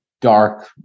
dark